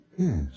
Yes